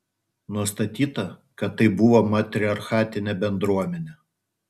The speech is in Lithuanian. nustatyta kad tai buvo matriarchatinė bendruomenė